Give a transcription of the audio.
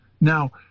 Now